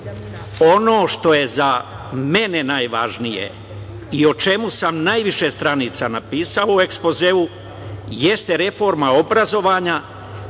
„Ono što je za mene najvažnije i o čemu sam najviše stranica napisao u ekspozeu jeste reforma obrazovanja,